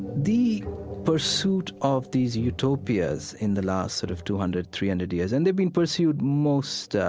the pursuit of these utopias in the last sort of two hundred, three hundred years, and they've been pursued most,